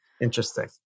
interesting